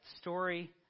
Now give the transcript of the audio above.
story